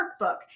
workbook